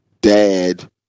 Dad